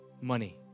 Money